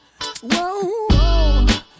whoa